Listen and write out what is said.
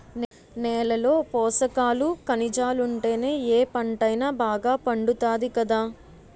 నేలలో పోసకాలు, కనిజాలుంటేనే ఏ పంటైనా బాగా పండుతాది కదా